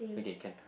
okay can